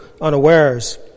unawares